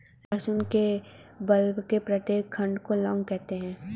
लहसुन के बल्ब के प्रत्येक खंड को लौंग कहा जाता है